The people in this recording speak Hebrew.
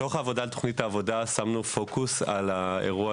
בתוך העבודה על תוכנית העבודה שמנו פוקוס על האירוע,